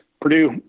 Purdue